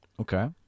Okay